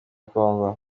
congo